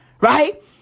Right